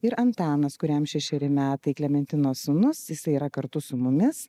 ir antanas kuriam šešeri metai klementinos sūnus jisai yra kartu su mumis